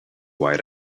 white